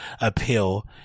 appeal